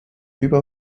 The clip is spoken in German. über